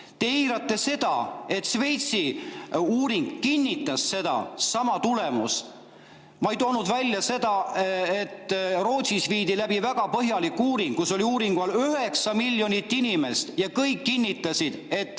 Te eirate seda, et Šveitsi uuring kinnitas sedasama tulemust. Ma ei toonud välja seda, et Rootsis viidi läbi väga põhjalik uuring. Uuringu all oli üheksa miljonit inimest ja kõik kinnitasid, et